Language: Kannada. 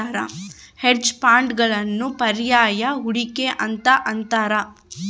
ಹೆಡ್ಜ್ ಫಂಡ್ಗಳನ್ನು ಪರ್ಯಾಯ ಹೂಡಿಕೆ ಅಂತ ಅಂತಾರ